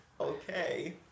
Okay